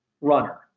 runner